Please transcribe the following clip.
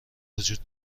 وجود